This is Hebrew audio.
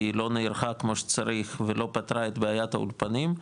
כי היא לא נערכה כמו שצריך ולא פתרה את בעיית האולפנים,